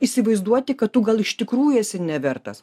įsivaizduoti kad tu gal iš tikrųjų esi nevertas